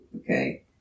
okay